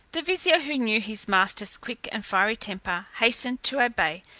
the vizier who knew his master's quick and fiery temper, hastened to obey,